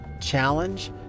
challenge